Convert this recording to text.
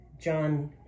John